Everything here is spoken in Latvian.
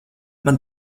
man